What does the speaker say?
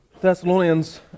Thessalonians